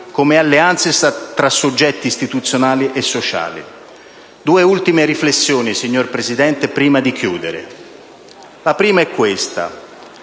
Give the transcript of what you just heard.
come alleanze tra soggetti istituzionali e sociali. Due ultime riflessioni, signor Presidente, prima di chiudere. La prima è questa: